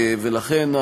ולכן,